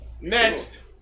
Next